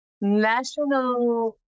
national